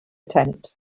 tent